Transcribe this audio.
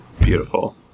Beautiful